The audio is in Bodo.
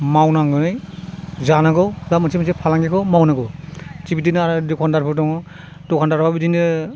मावनानै जानांगौ बा मोनसे मोनसे फालांगिखौ मावनांगौ थिक बिदिनो आरो दखानदारफोर दङ दखानदारफ्राबो बिदिनो